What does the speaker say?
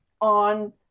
on